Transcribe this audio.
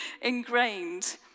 ingrained